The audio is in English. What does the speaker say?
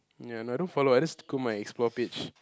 ya and I don't follow I just go my Explore page